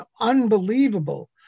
unbelievable